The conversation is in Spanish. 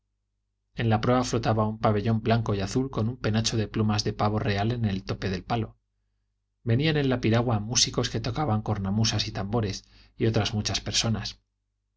en la proa flotaba un pabellón blanco y azul con un penacho de plumas de pavo real en el tope del palo venían en la piragua músicos que tocaban cornamusas y tambores y otras muchas personas